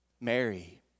Mary